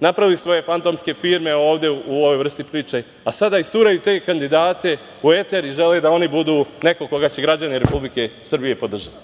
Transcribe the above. napravili svoje fantomske firme ovde u ovoj vrsti priče, a sada isturaju te kandidate u etar i žele da oni budu neko koga će građani Republike Srbije podržati.